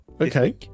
okay